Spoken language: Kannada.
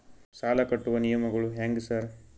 ಸಾಲ ಕಟ್ಟುವ ನಿಯಮಗಳು ಹ್ಯಾಂಗ್ ಸಾರ್?